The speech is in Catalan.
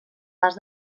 pas